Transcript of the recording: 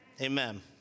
Amen